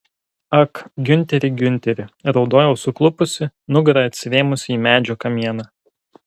ak giunteri giunteri raudojau suklupusi nugara atsirėmusi į medžio kamieną